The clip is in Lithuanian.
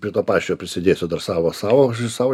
prie to pačio prisidėsiu dar savo savo sau